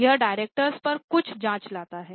यह डायरेक्टर्स पर कुछ जाँच लाता है